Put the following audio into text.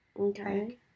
Okay